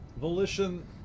volition